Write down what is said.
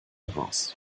raus